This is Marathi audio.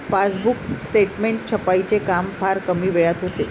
पासबुक स्टेटमेंट छपाईचे काम फार कमी वेळात होते